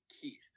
Keith